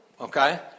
okay